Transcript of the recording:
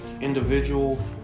individual